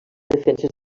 defenses